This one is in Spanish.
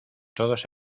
todos